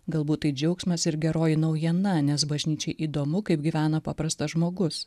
galbūt tai džiaugsmas ir geroji naujiena nes bažnyčiai įdomu kaip gyvena paprastas žmogus